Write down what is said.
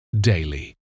daily